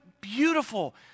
beautiful